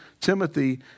Timothy